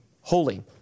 holy